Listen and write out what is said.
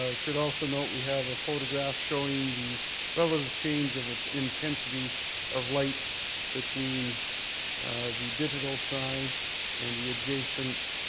ah should also note we have a photograph showing the relative change of intensity of light between the digital sign and the adjacent.